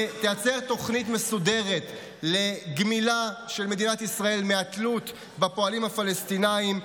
ותייצר תוכנית מסודרת לגמילה של מדינת ישראל מהתלות בפועלים הפלסטינים.